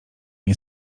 nie